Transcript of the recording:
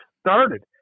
started